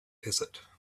desert